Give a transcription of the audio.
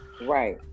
right